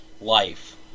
life